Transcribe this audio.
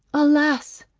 alas!